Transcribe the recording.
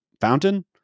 fountain